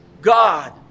God